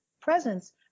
presence